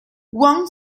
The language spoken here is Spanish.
wang